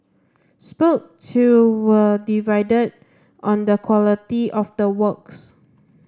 spoke to were divided on the quality of the works